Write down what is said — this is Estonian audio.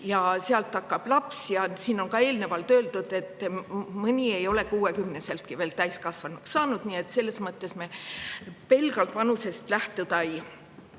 aga seal [on veel] laps. Siin on ka eelnevalt öeldud, et mõni ei ole kuuekümneseltki täiskasvanuks saanud, nii et selles mõttes me pelgalt vanusest lähtuda ei